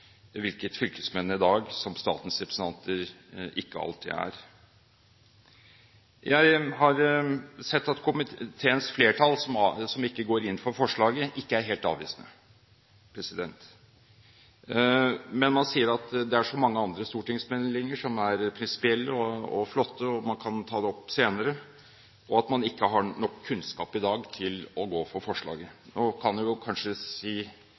hvilket fylkesmennene i dag, som statens representanter, ikke alltid er. Jeg har sett at komiteens flertall, som ikke går inn for forslaget, ikke er helt avvisende. Men man sier at det er så mange andre stortingsmeldinger som er prinsipielle og flotte, og at man kan ta det opp senere, og at man ikke har nok kunnskap i dag til å gå for forslaget. Nå kan man jo kanskje si,